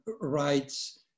rights